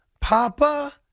Papa